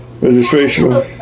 Registration